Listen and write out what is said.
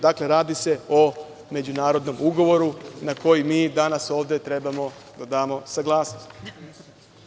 Dakle, radi se o međunarodnom ugovoru na koji mi danas ovde trebamo da damo saglasnost.